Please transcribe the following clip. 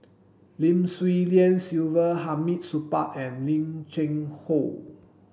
Lim Swee Lian Sylvia Hamid Supaat and Lim Cheng Hoe